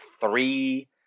three